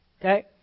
Okay